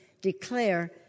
declare